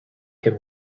him